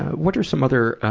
what are some other, ah,